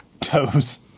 Toes